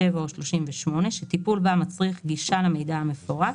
או 38 שטיפול בה מצריך גישה למידע המפורט,